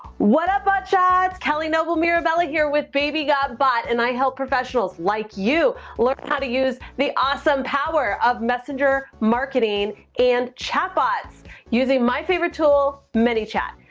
what up bot chats! kelly noble mirabella here with baby got bot and i help professionals like you, learn how to use the awesome power of messenger marketing, and chatbots using my favorite tool, manychat.